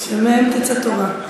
שמהם תצא תורה.